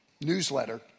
newsletter